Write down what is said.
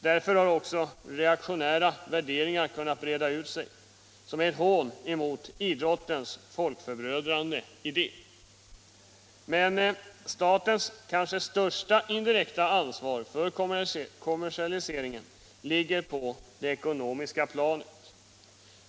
Därför har också reaktionära värderingar kunnat breda ut sig, som är ett hån mot idrottens folkförbrödrande idé. Men statens kanske största indirekta ansvar för kommersialiseringen ligger på det ekonomiska planet.